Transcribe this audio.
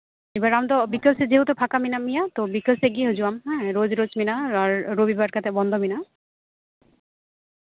ᱮᱵᱟᱨ ᱟᱢ ᱫᱚ ᱵᱤᱠᱮᱞ ᱥᱮᱫ ᱡᱮᱦᱮᱛᱩ ᱯᱷᱟᱸᱠᱟ ᱢᱮᱱᱟᱜ ᱢᱮᱭᱟ ᱛᱚ ᱵᱤᱠᱮᱞ ᱥᱮᱫ ᱜᱮ ᱦᱤᱡᱩᱜ ᱟᱢ ᱦᱮᱸ ᱨᱳᱡᱽᱼᱨᱳᱡᱽ ᱢᱮᱱᱟᱜᱼᱟ ᱟᱨ ᱨᱚᱵᱤ ᱵᱟᱨ ᱠᱟᱛᱮᱫ ᱵᱚᱱᱫᱚ ᱢᱮᱱᱟᱜᱼᱟ